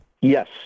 Yes